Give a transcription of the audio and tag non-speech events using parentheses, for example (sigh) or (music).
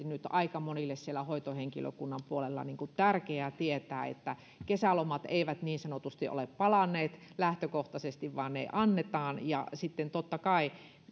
(unintelligible) nyt siellä hoitohenkilökunnan puolella on aika monille henkisesti tärkeä tietää tämä että kesälomat eivät niin sanotusti ole palaneet lähtökohtaisesti vaan ne annetaan ja sitten totta kai